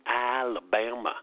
Alabama